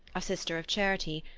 a sister of charity,